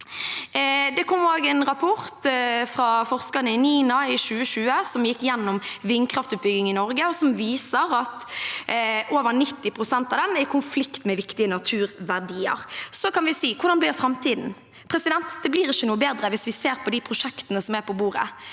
Det kom også en rapport fra forskerne i NINA i 2020, som gikk gjennom vindkraftutbygging i Norge, og som viser at over 90 pst. av den er i konflikt med viktige naturverdier. Så kan vi si: Hvordan blir framtiden? Det blir ikke noe bedre hvis vi ser på de prosjektene som er på bordet.